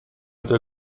due